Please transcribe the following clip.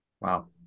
Wow